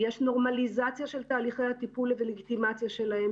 יש נורמליזציה של תהליכי הטיפול ולגיטימציה שלהם